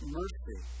mercy